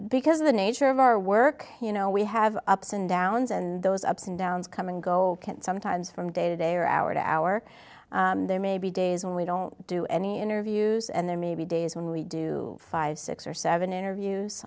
because of the nature of our work you know we have ups and downs and those ups and downs come and go sometimes from day to day or hour to hour there may be days when we don't do any interviews and there may be days when we do five six or seven interviews